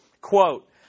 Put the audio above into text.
Quote